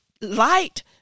Light